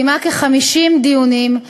קיימה כ-50 דיונים,